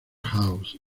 house